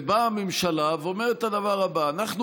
ובאה הממשלה ואומרת את הדבר הבא: אנחנו